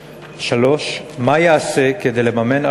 3. מה ייעשה כדי לממן את